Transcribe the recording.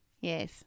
Yes